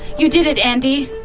you did it andi.